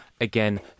Again